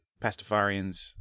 Pastafarians